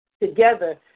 together